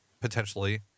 potentially